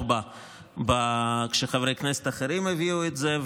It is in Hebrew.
בה כשחברי כנסת אחרים הביאו את זה,